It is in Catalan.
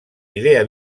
idea